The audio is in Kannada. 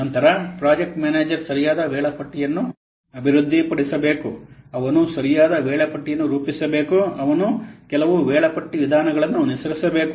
ನಂತರ ಪ್ರಾಜೆಕ್ಟ್ ಮ್ಯಾನೇಜರ್ ಸರಿಯಾದ ವೇಳಾಪಟ್ಟಿಯನ್ನು ಸರಿಯಾದ ವೇಳಾಪಟ್ಟಿಯನ್ನು ಅಭಿವೃದ್ಧಿಪಡಿಸಬೇಕು ಅವನು ಸರಿಯಾದ ವೇಳಾಪಟ್ಟಿಯನ್ನು ರೂಪಿಸಬೇಕು ಅವನು ಕೆಲವು ವೇಳಾಪಟ್ಟಿ ವಿಧಾನಗಳನ್ನು ಅನುಸರಿಸಬೇಕು